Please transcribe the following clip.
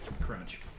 crunch